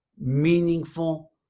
meaningful